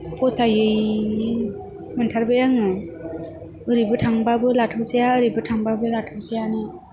फसायै मोनथारबाय आङो ओरैबो थांबाबो लाथावजाया ओरैबो थांबाबो लाथाव जायानो